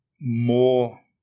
more